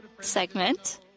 segment